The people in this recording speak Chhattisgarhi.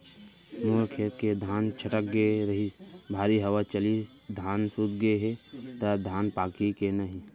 मोर खेत के धान छटक गे रहीस, भारी हवा चलिस, धान सूत गे हे, त धान पाकही के नहीं?